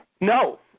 no